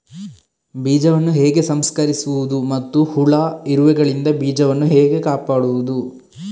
ಬೀಜವನ್ನು ಹೇಗೆ ಸಂಸ್ಕರಿಸುವುದು ಮತ್ತು ಹುಳ, ಇರುವೆಗಳಿಂದ ಬೀಜವನ್ನು ಹೇಗೆ ಕಾಪಾಡುವುದು?